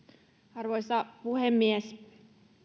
arvoisa puhemies